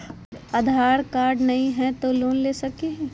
आधार card नही हय, तो लोन ले सकलिये है?